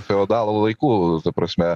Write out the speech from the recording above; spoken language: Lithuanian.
feodalų laikų ta prasme